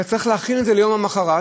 אתה צריך להכין את זה ליום המחרת,